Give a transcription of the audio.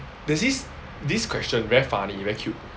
there's this this question very funny very cute